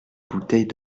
bouteille